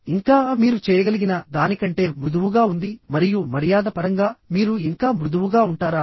ఇంకా మీరు చేయగలిగిన దానికంటే మృదువుగా ఉంది మరియు మర్యాద పరంగా మీరు ఇంకా మృదువుగా ఉంటారా